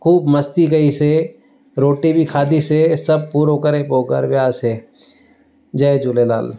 ख़ूबु मस्ती कईसीं रोटी बि खाधीसीं सभु पूरो करे पोइ घरु वियासीं जय झूलेलाल